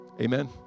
Amen